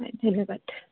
হয় ধন্যবাদ